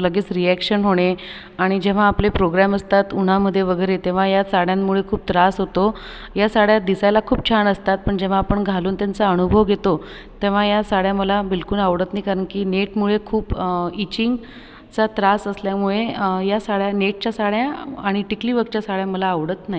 लगेच रिऍक्शन होणे आणि जेव्हा आपले प्रोग्रॅम असतात उन्हामध्ये वगैरे तेव्हा या साड्यांमुळे खूप त्रास होतो या साड्या दिसायला खूप छान असतात पण जेव्हा आपण घालून त्यांचा अनुभव घेतो तेव्हा या साड्या मला बिलकुल आवडत नाही कारण की नेटमुळे खूप इचिंगचा त्रास असल्यामुळे या साड्या नेटच्या साड्या आणि टिकलीवर्कच्या साड्या मला आवडत नाहीत